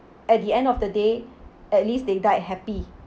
at the end of the day at least they died happy